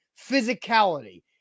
physicality